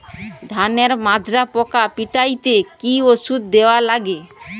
ধানের মাজরা পোকা পিটাইতে কি ওষুধ দেওয়া লাগবে?